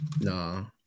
no